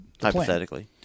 Hypothetically